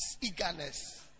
eagerness